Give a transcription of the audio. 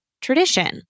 tradition